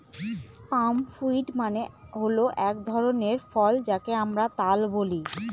পাম fruit মানে হল এক ধরনের ফল যাকে আমরা তাল বলি